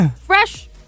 fresh